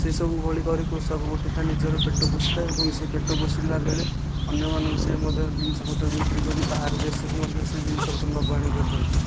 ସେସବୁ ହୋଳି କରି କି କୃଷକ ଗୋଟିଏ ତା ନିଜର ପେଟ ପୋଷିଥାଏ ଏବଂ ପେଟ ପୋଷିଲା ବେଳେ ଅନ୍ୟମାନଙ୍କୁ ସେ ମଧ୍ୟ ଜିନିଷ ପତ୍ର ବିକ୍ରି କରି ବାହାର ଦେଶକୁ ସେ ମଧ୍ୟ ଜିନିଷ ନେବା ଆଣିବା କରିଥାଏ